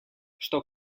что